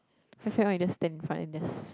fat fat one you just stand in front and there's